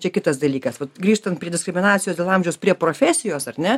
čia kitas dalykas grįžtant prie diskriminacijos dėl amžiaus prie profesijos ar ne